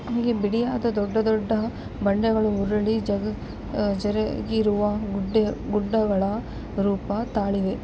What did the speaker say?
ಹೀಗೆ ಬಿಡಿಯಾದ ದೊಡ್ಡ ದೊಡ್ಡ ಬಂಡೆಗಳು ಉರಳಿ ಜಗಕ್ ಜರಗಿರುವ ಗುಡ್ಡೆ ಗುಡ್ಡಗಳ ರೂಪ ತಾಳಿದೆ